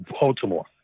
Baltimore